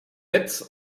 net